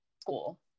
school